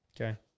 Okay